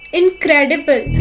incredible